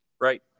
right